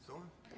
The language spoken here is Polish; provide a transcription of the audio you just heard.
Co?